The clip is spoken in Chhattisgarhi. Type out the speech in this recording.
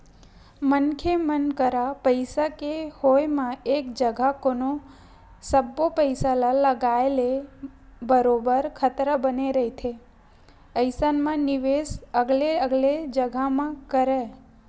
मनखे मन करा पइसा के होय म एक जघा कोनो सब्बो पइसा ल लगाए ले बरोबर खतरा बने रहिथे अइसन म निवेस अलगे अलगे जघा म करय